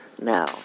now